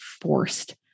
forced